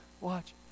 watch